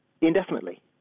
indefinitely